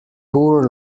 poor